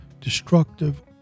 destructive